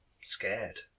scared